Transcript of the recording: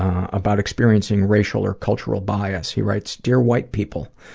about experiencing racial or cultural bias, he writes dear white people,